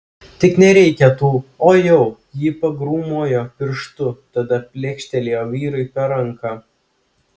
tik nereikia tų o jau ji pagrūmojo pirštu tada plekštelėjo vyrui per ranką